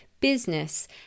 business